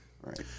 Right